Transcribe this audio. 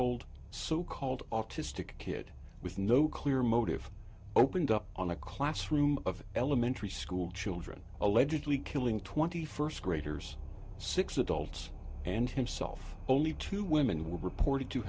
old so called autistic kid with no clear motive opened up on a classroom of elementary school children allegedly killing twenty first graders six adults and himself only two women were report